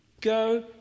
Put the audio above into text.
go